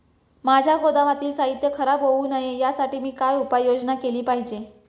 माझ्या गोदामातील साहित्य खराब होऊ नये यासाठी मी काय उपाय योजना केली पाहिजे?